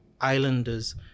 Islanders